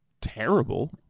terrible